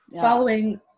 following